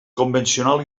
convencional